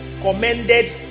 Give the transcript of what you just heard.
commended